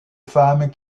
femmes